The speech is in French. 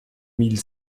mille